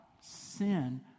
sin